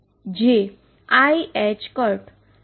જે iℏ∂ψ∂tH છે